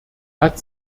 hat